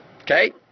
Okay